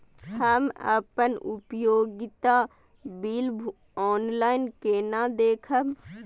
हम अपन उपयोगिता बिल ऑनलाइन केना देखब?